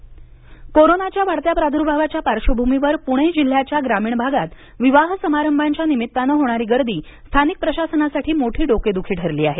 विवाह समारंभ कोरोनाच्या वाढत्या प्राद्भावाच्या पार्श्वभूमीवर पुणे जिल्ह्याच्या ग्रामीण भागात विवाह समारंभाच्या निमित्तानं होणारी गर्दी स्थानिक प्रशासनासाठी मोठी डोकेद्खी ठरली आहे